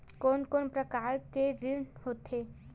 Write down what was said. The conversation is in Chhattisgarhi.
कोन कोन प्रकार के ऋण होथे?